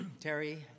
Terry